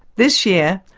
this year,